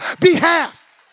behalf